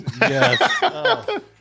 Yes